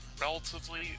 relatively